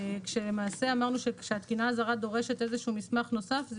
כשלמעשה אמרנו שכשהתקינה הזרה דורשת איזשהו מסמך נוסח זו